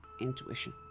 intuition